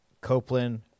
Copeland